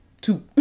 two